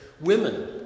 women